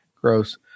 Gross